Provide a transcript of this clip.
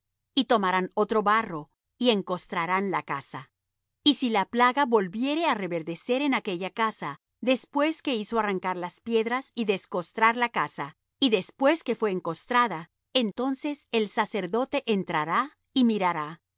y tomarán otro barro y encostrarán la casa y si la plaga volviere á reverdecer en aquella casa después que hizo arrancar las piedras y descostrar la casa y después que fue encostrada entonces el sacerdote entrará y mirará y